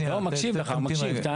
מקשיבים לך.